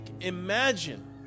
imagine